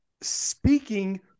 speaking